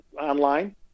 online